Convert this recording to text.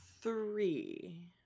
three